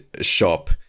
shop